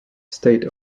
state